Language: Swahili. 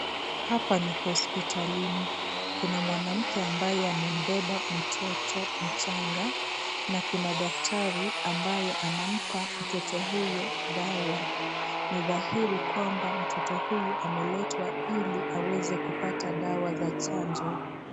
Hapa ni hospitalini. Kuna mwanamke ambaye amembeba mtoto mchanga na kuna daktari ambaye anampa mtoto huyo dawa. Ni dhahiri kwamba mtoto huyu ameletwa ili aweze kupata dawa za chanjo.